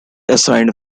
assigned